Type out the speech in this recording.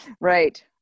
right